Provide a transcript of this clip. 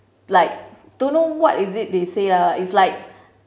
like don't know what is it they say lah it's like